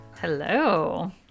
Hello